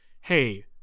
hey